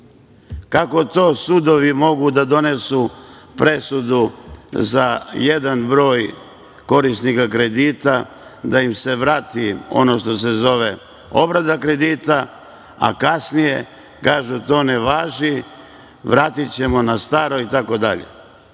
kako to sudovi mogu da donesu presudu za jedan broj korisnika kredita da im se vrati ono što se zove obrada kredita, a kasnije kažu da to ne važi – vratićemo na staro itd?